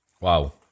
Wow